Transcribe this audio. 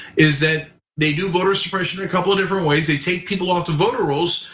is that they do voter suppression in a couple of different ways, they take people off the voter rolls.